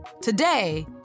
Today